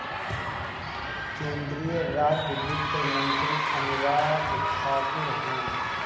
केंद्रीय राज वित्त मंत्री अनुराग ठाकुर हवन